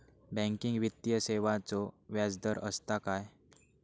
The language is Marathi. बँकिंग वित्तीय सेवाचो व्याजदर असता काय?